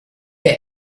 der